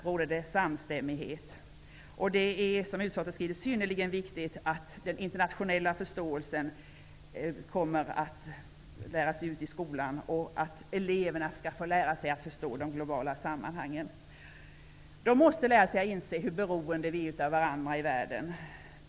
Som utskottet skriver är det synnerligen viktigt att den internationella förståelsen lärs ut i skolan och att eleverna får lära sig att förstå de globala sammanhangen. Eleverna måste lära sig att inse hur beroende vi är av varandra i världen.